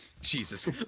Jesus